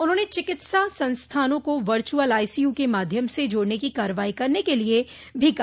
उन्होंने चिकित्सा संस्थानों को वर्चुअल आईसीयू के माध्यम से जोड़ने की कार्रवाई करने के लिये भी कहा